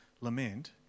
lament